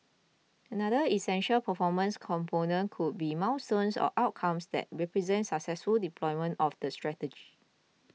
another essential performance component could be milestones or outcomes that represent successful deployment of the strategy